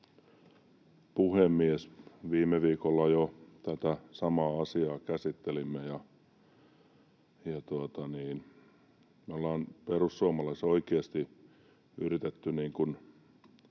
puhemies! Viime viikolla jo tätä samaa asiaa käsittelimme. Me ollaan perussuomalaisissa oikeasti yritetty